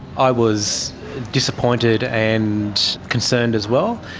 i was disappointed and concerned as well,